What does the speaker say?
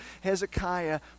Hezekiah